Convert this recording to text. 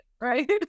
right